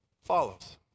follows